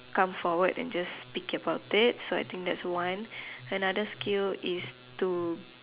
come forward and just pick about it so I think that's one another skill is to